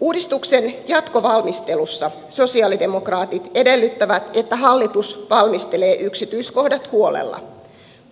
uudistuksen jatkovalmistelussa sosialidemokraatit edellyttävät että hallitus valmistelee yksityiskohdat huolella